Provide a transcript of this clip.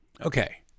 Okay